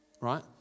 Right